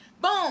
Boom